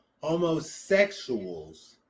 homosexuals